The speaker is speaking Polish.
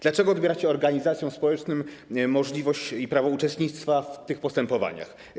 Dlaczego odbieracie organizacjom społecznym możliwość i prawo uczestnictwa w tych postępowaniach?